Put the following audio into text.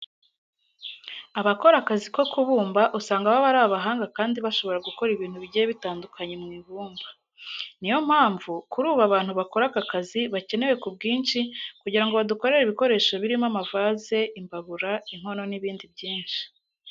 Abakora akazi ko kubumba usanga baba ari abahanga kandi bashobora gukora ibintu bigiye bitandukanye mu ibumba. Niyo mpamvu kuri ubu abantu bakora aka kazi bakenewe ku bwinshi kugira ngo badukorere ibikoresho birimo amavaze, imbabura, inkono n'ibindi byinshi.